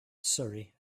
surrey